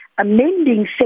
amending